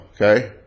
Okay